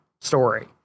story